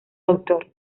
doctor